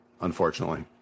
unfortunately